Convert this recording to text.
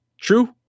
True